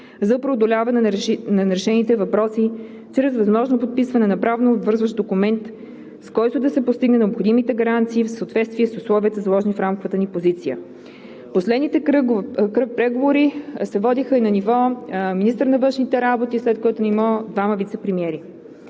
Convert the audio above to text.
за преодоляване на нерешените въпроси чрез възможно подписване на правнообвързващ документ, с който да се постигнат необходимите гаранции в съответствие с условията, заложени в рамковата ни позиция. Последният кръг преговори се води на ниво министър на външните работи, след което има двама вицепремиери.